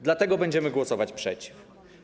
Dlatego będziemy głosować przeciw.